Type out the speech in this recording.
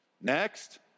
next